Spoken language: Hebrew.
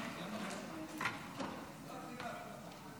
בבקשה.